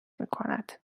میکند